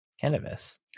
cannabis